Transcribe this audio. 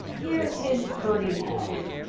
here's his purty health!